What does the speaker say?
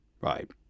right